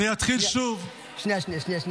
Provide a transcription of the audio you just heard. אדוני היושב-ראש, שוב, חבריי חברי הכנסת,